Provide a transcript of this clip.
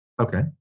Okay